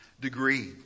degree